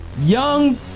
Young